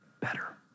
better